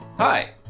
Hi